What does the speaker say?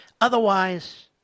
Otherwise